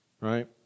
right